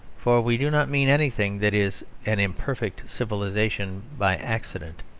for we do not mean anything that is an imperfect civilisation by accident.